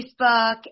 Facebook